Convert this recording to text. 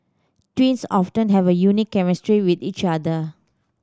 twins often have a unique chemistry with each other